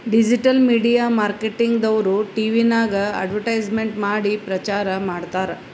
digital media marketing ದವ್ರು ಟಿವಿನಾಗ್ advertisement ಮಾಡಿ ಪ್ರಚಾರ್ ಮಾಡ್ತಾರ್